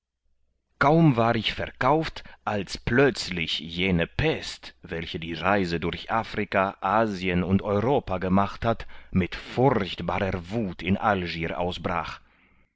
kaum war ich verkauft als plötzlich jene pest welche die reise durch afrika asien und europa gemacht hat mit furchtbarer wuth in algier ausbrach